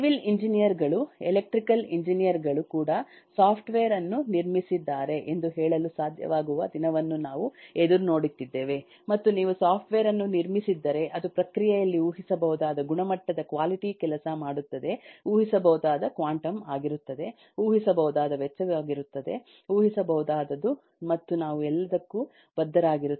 civil engineer ಗಳು electrical engineer ಗಳು ಕೂಡ ಸಾಫ್ಟ್ವೇರ್ ಅನ್ನು ನಿರ್ಮಿಸಿದ್ದಾರೆ ಎಂದು ಹೇಳಲು ಸಾಧ್ಯವಾಗುವ ದಿನವನ್ನು ನಾವು ಎದುರು ನೋಡುತ್ತಿದ್ದೇವೆ ಮತ್ತು ನೀವು ಸಾಫ್ಟ್ವೇರ್ ಅನ್ನು ನಿರ್ಮಿಸಿದ್ದರೆ ಅದು ಪ್ರಕ್ರಿಯೆಯಲ್ಲಿ ಊಹಿಸಬಹುದಾದ ಗುಣಮಟ್ಟದ ಕ್ವಾಲಿಟಿ ಕೆಲಸ ಮಾಡುತ್ತದೆ ಊಹಿಸಬಹುದಾದ ಕ್ವಾಂಟಮ್ ಆಗಿರುತ್ತದೆ ಊಹಿಸಬಹುದಾದ ವೆಚ್ಚವಾಗಿರುತ್ತದೆ ಊಹಿಸಬಹುದಾದದು ಮತ್ತು ನಾವು ಎಲ್ಲದಕ್ಕೂ ಬದ್ಧರಾಗಿರುತ್ತೇವೆ